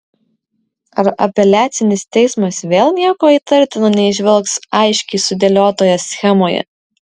ar apeliacinis teismas vėl nieko įtartino neįžvelgs aiškiai sudėliotoje schemoje